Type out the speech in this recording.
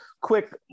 quick